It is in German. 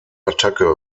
attacke